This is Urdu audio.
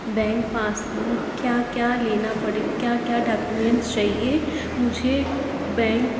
بینک پاسبک کیا کیا لینا پڑے کیا کیا ڈاکومنٹس چاہیے مجھے بینک